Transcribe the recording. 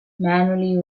manually